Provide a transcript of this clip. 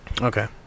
Okay